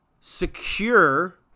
secure